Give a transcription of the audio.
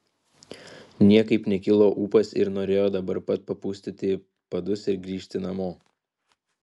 niekaip nekilo ūpas ir norėjo dabar pat papustyti padus ir grįžti namo